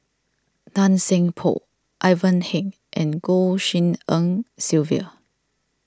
Tan Seng Poh Ivan Heng and Goh Tshin En Sylvia